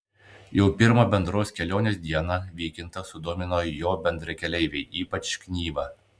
jau pirmą bendros kelionės dieną vykintą sudomino jo bendrakeleiviai ypač knyva